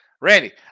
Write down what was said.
Randy